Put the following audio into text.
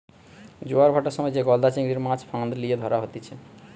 জোয়ার ভাঁটার সময় যে গলদা চিংড়ির, মাছ ফাঁদ লিয়ে ধরা হতিছে